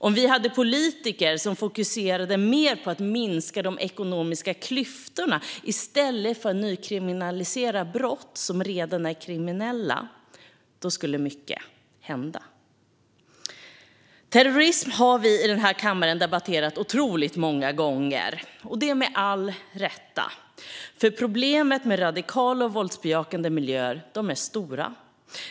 Om vi hade politiker som fokuserade mer på att minska de ekonomiska klyftorna i stället för att nykriminalisera brott som redan är kriminella skulle mycket hända. Terrorism har vi i denna kammare debatterat otroligt många gånger, och det med rätta, för problemet med radikala och våldbejakande miljöer är stort.